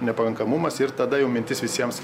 nepakankamumas ir tada jau mintis visiems